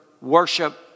worship